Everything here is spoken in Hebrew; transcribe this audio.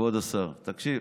כבוד השר, תקשיב,